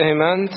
Amen